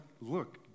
look